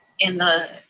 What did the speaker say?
in the,